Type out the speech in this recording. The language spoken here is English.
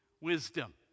wisdom